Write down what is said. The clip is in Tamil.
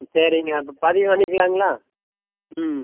சரிங்க அப்போ பதிவு பண்ணிக்கலாங்களா ம்